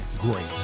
great